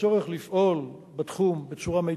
והצורך לפעול בתחום בצורה מיטבית,